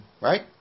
Right